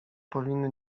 powinny